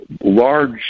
large